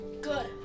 Good